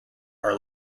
are